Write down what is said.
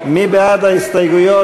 מי בעד ההסתייגויות?